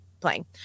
playing